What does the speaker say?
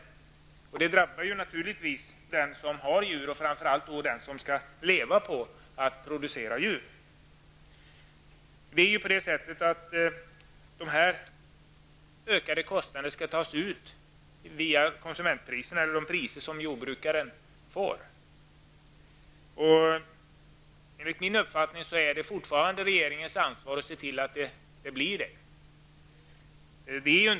Dessa kostnader drabbar naturligtvis den som håller djur och som skall leva på djurproduktionen. De ökade kostnaderna måste täckas via konsumentpriserna eller de priser som jordbrukaren kan ta ut. Enligt min uppfattning är det fortfarande regeringens ansvar att se till att så blir fallet.